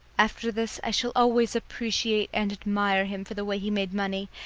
after this i shall always appreciate and admire him for the way he made money,